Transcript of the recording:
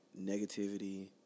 negativity